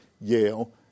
Yale